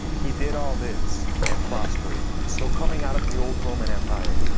he did all this and prospered. so coming out of the old roman empire,